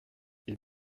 est